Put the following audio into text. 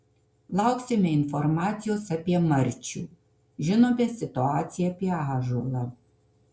lauksime informacijos apie marčių žinome situaciją apie ąžuolą